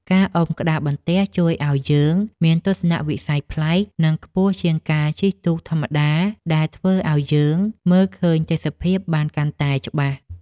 ការអុំក្តារបន្ទះជួយឱ្យយើងមានទស្សនវិស័យប្លែក និងខ្ពស់ជាងការជិះទូកធម្មតា ដែលធ្វើឱ្យយើងមើលឃើញទេសភាពបានកាន់តែច្បាស់។